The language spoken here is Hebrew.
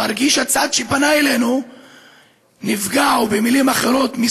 מרגיש הצד שפנה אלינו נפגע, או במילים אחרות: